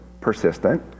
Persistent